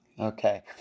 okay